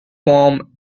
form